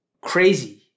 crazy